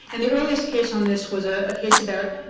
and the earliest case on this was a case about